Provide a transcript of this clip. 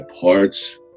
parts